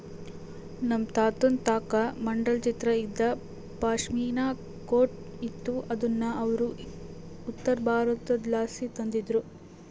ನಮ್ ತಾತುನ್ ತಾಕ ಮಂಡಲ ಚಿತ್ರ ಇದ್ದ ಪಾಶ್ಮಿನಾ ಕೋಟ್ ಇತ್ತು ಅದುನ್ನ ಅವ್ರು ಉತ್ತರಬಾರತುದ್ಲಾಸಿ ತಂದಿದ್ರು